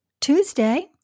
Tuesday